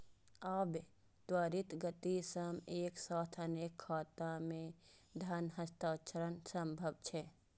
आब त्वरित गति सं एक साथ अनेक खाता मे धन हस्तांतरण संभव छै